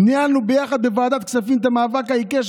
ניהלנו ביחד בוועדת הכספים את המאבק העיקש.